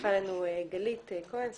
הצטרפה אלינו גלית כהן,